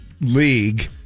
league